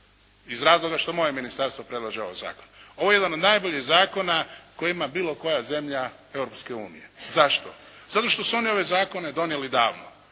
iz razloga što moje ministarstvo predlaže ovaj zakon. Ovaj je jedan od najboljih zakona koji ima bilo koja zemlja Europske unije. Zašto? Zato što su oni ove zakone donijeli davno.